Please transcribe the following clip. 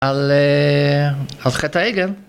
על חטא העגל